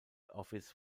office